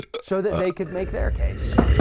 so that they could make their case.